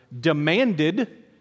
demanded